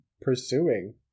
pursuing